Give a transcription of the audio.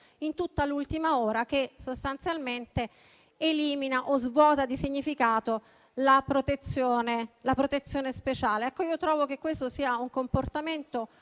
tutta l'ultima ora, che sostanzialmente elimina o svuota di significato la protezione speciale. Trovo che questo sia un comportamento